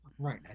Right